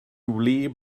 wlyb